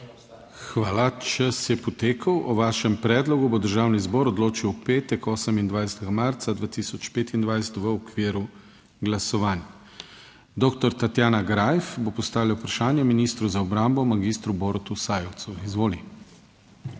Hvala. Čas je potekel. O vašem predlogu bo Državni zbor odločil v petek, 28. marca 2025, v okviru glasovanj. Dr. Tatjana Greif bo postavila vprašanje ministru za obrambo mag. Borutu Sajovicu. Izvoli.